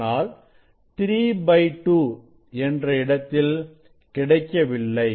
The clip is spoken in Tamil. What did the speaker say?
ஆனால் 32 என்ற இடத்தில் கிடைக்கவில்லை